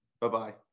Bye-bye